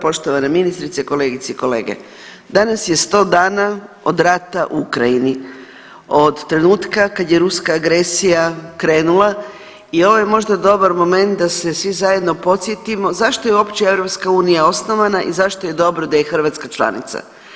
Poštovana ministrice, kolegice i kolege, danas je 100 dana od rata u Ukrajini, od trenutka kad je ruska agresija krenula i ovo je možda dobar moment da se svi zajedno podsjetimo zašto je uopće EU osnovana i zašto je dobro da je Hrvatska članica.